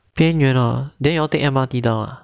边缘 ah then you all take M_R_T down ah